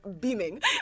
beaming